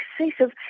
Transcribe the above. excessive